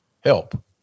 help